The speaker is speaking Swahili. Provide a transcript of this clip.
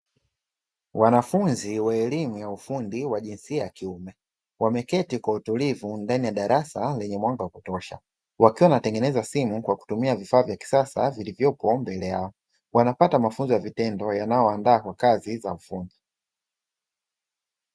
Wanafunzi wa elimu ya ufundi wa jinsia ya kiume, wameketi kwa utulivu ndani ya darasa lenye mwanga wa kutosha. Wakiwa wanatengeneza simu kwa kutumia vifaa vya kisasa vilivyopo mbele yao. Wanapata mafunzo ya vitendo yanayowandaa kwa kazi za ufundi.